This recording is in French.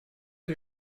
que